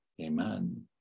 Amen